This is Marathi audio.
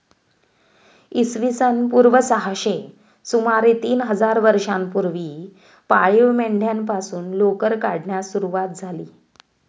इसवी सन पूर्व सहाशे सुमारे तीन हजार वर्षांपूर्वी पाळीव मेंढ्यांपासून लोकर काढण्यास सुरवात झाली